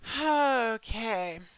Okay